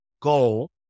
goal